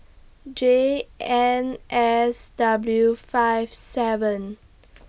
J N S W five seven